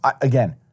Again